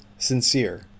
sincere